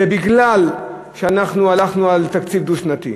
זה כי הלכנו על תקציב דו-שנתי.